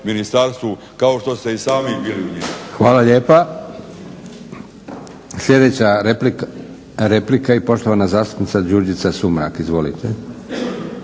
kao što ste i sami bili u njemu.